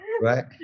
Right